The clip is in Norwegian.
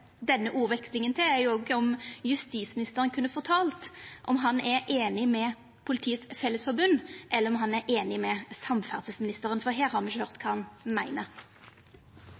fortalt om han er einig med Politiets Fellesforbund, eller om han er einig med samferdselsministeren. For her har me ikkje høyrt kva han meiner.